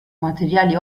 materiali